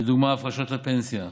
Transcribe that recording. לדוגמה הפרשות לפנסיה,